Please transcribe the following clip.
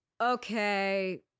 okay